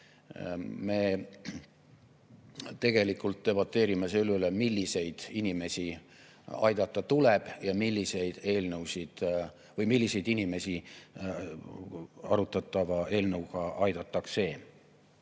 Me tegelikult debateerime selle üle, milliseid inimesi tuleb aidata ja milliseid inimesi arutatava eelnõuga aidatakse.